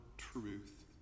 truth